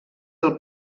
del